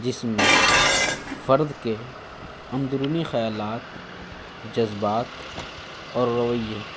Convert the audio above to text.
جس میں فرد کے اندرونی خیالات جذبات اور رویے